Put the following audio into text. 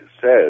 says